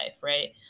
right